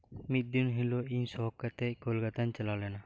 ᱢᱤᱫᱽᱫᱤᱱ ᱦᱤᱞᱚᱜ ᱤᱧ ᱥᱚᱠ ᱠᱟᱛᱮᱫ ᱠᱳᱞᱠᱟᱛᱟᱧ ᱪᱟᱞᱟᱣ ᱞᱮᱱᱟ